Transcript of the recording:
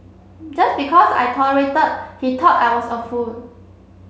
just because I tolerated he thought I was a fool